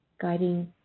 guiding